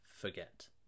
forget